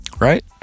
Right